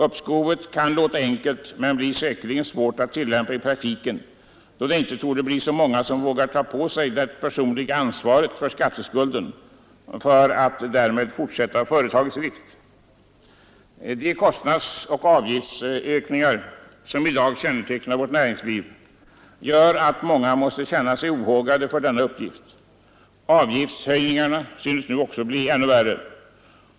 Uppskovet kan låta enkelt, men blir säkerligen svårt att tillämpa i praktiken då det inte torde bli så många som vågar taga på sig det personliga ansvaret för skatteskulden för att därmed fortsätta företagets drift. De kostnadsoch avgiftsökningar som i dag kännetecknar vårt näringsliv gör att många måste känna sig ohågade för denna uppgift. Avgiftshöjningarna synes nu också bli ännu värre.